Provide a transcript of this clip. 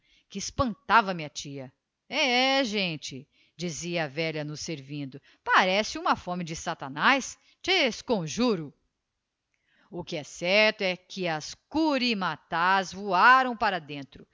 que espantava minha tia eh gente dizia a velha nos servindo parece uma íome de satanaz te esconjuro o que é certo é que as curimatás voaram para dentro